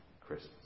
Christmas